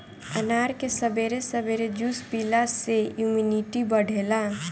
अनार के सबेरे सबेरे जूस पियला से इमुनिटी बढ़ेला